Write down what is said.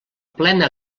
plena